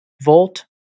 Volt